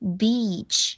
beach